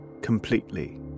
completely